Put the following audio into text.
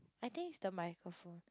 I think is the microphone